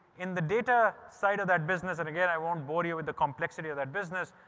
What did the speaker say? in the data side of that business. and again, i won't bore you with the complexity of that business.